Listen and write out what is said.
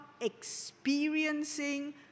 experiencing